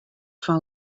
fan